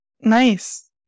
Nice